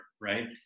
right